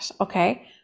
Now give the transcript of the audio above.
okay